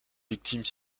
victimes